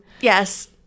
Yes